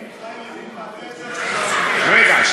אם חיים ילין מעלה את זה, צריך לעשות מייד.